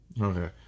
Okay